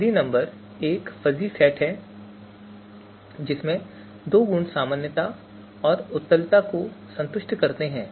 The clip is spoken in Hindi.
फ़ज़ी नंबर एक फ़ज़ी सेट है जिसमें दो गुण सामान्यता और उत्तलता को संतुष्ट करते हैं